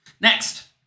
Next